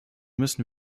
müssen